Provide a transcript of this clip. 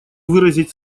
выразить